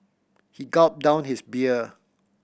he gulped down his beer